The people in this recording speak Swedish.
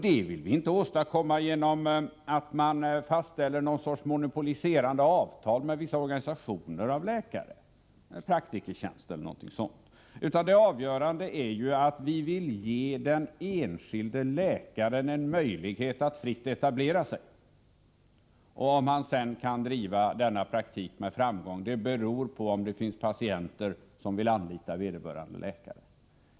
Det vill vi inte åstadkomma genom att fastställa något slags monopoliserande avtal med vissa organisationer av läkare, typ Praktikertjänst eller liknande, utan det avgörande är att vi vill ge den enskilde läkaren en möjlighet att fritt etablera sig. Om han sedan kan driva sin praktik med framgång beror på om det finns patienter som vill anlita vederbörande läkare.